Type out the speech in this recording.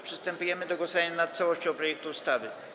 Przystępujemy do głosowania nad całością projektu ustawy.